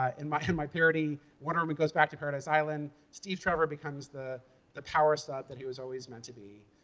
um in my in my parody, wonder woman goes back to paradise island, steve trevor becomes the the powersub that he was always meant to be,